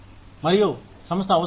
మరియు సంస్థ అవసరం ఏమి